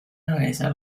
analizar